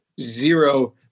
zero